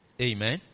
Amen